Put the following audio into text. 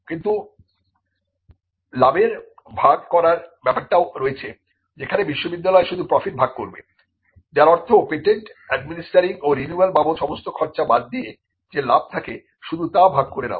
কিন্তু লাভের ভাগ করার ব্যাপারটাও রয়েছে যেখানে বিশ্ববিদ্যালয় শুধু প্রফিট ভাগ করবে যার অর্থ পেটেন্ট অ্যাডমিনিস্টারিং ও রিনিউয়াল বাবদ সমস্ত খরচ বাদ দিয়ে যে লাভ থাকে শুধু তা ভাগ করে নেওয়া